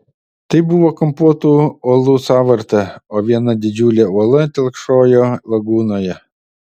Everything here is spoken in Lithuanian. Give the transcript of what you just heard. tai buvo kampuotų uolų sąvarta o viena didžiulė uola telkšojo lagūnoje